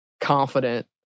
confident